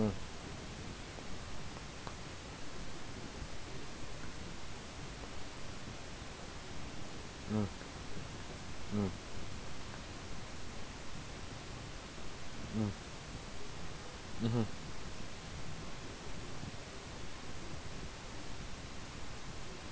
mm mm mm mm mmhmm